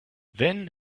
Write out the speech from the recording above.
then